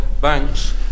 banks